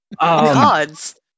God's